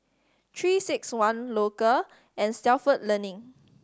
Three Six One Loacker and Stalford Learning